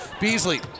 Beasley